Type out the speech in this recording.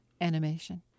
animation